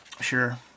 Sure